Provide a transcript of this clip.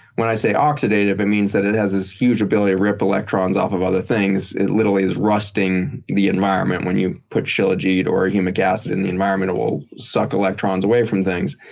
when i say oxidative, it means that it has this huge ability to rip electrons off of other things. it literally is rusting the environment when you put shilajit or humic acid in the environment. it will suck electrons away from things.